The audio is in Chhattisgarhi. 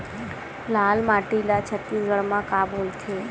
लाल माटी ला छत्तीसगढ़ी मा का बोलथे?